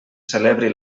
celebri